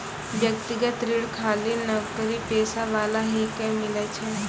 व्यक्तिगत ऋण खाली नौकरीपेशा वाला ही के मिलै छै?